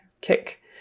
kick